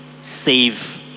save